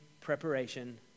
preparation